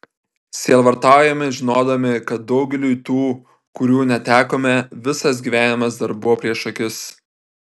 sielvartaujame žinodami kad daugeliui tų kurių netekome visas gyvenimas dar buvo prieš akis